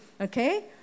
okay